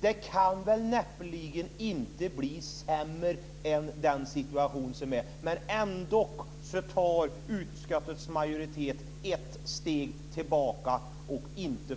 Det kan väl näppeligen bli sämre än den situation som vi har. Men utskottets majoritet tar ändå ett steg tillbaka och